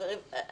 חברים,